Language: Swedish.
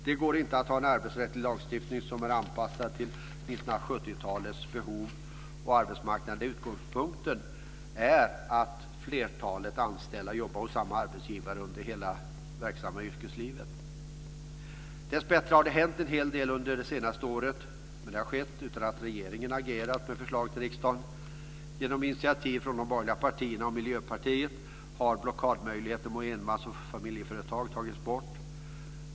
Det går inte att ha en arbetsrättslig lagstiftning som är anpassad till 1970-talets behov och arbetsmarknad där utgångspunkten var att flertalet anställda jobbade hos samma arbetsgivare under hela det verksamma yrkeslivet. Dessbättre har det hänt en hel del under det senaste året, men det har skett utan att regeringen har agerat med förslag till riksdagen. Genom initiativ från de borgerliga partierna och Miljöpartiet har blockadmöjligheten mot enmans och familjeföretag tagits bort.